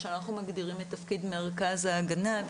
שאנחנו מגדירים את תפקיד מרכזי ההגנה.